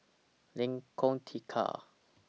Lengkong Tiga